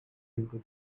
into